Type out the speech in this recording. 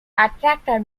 attracted